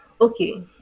okay